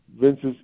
Vince's